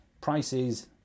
prices